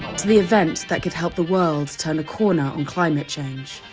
to the event that could help the world, turn a corner on climate change